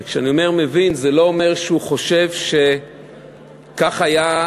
וכשאני אומר "מבין" זה לא אומר שהוא חושב שכך היה,